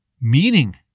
meaning